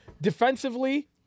Defensively